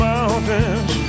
Mountains